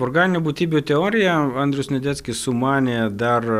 organinių būtybių teoriją andrius sniadeckis sumanė dar